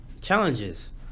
challenges